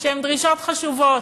שהן דרישות חשובות,